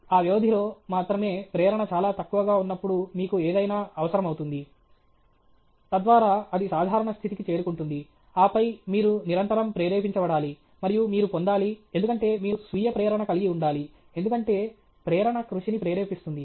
ఆ వ్యవధిలో మాత్రమే ప్రేరణ చాలా తక్కువగా ఉన్నప్పుడు మీకు ఏదైనా అవసరమవుతుంది తద్వారా అది సాధారణ స్థితికి చేరుకుంటుంది ఆపై మీరు నిరంతరం ప్రేరేపించబడాలి మరియు మీరు పొందాలి ఎందుకంటే మీరు స్వీయ ప్రేరణ కలిగి ఉండాలి ఎందుకంటే ప్రేరణ కృషిని ప్రేరేపిస్తుంది